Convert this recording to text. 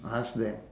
ask them